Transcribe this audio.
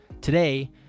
Today